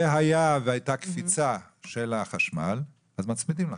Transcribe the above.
והיה והייתה קפיצה של החשמל, אז מצמידים לחשמל.